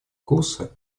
курса